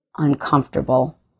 uncomfortable